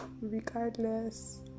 regardless